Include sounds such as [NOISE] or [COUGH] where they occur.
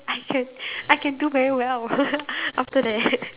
I can I can do very well [LAUGHS] after that